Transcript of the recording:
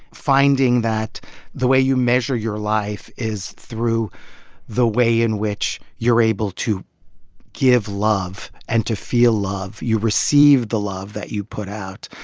finding that the way you measure your life is through the way in which you're able to give love and to feel love, you receive the love that you put out,